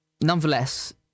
Nonetheless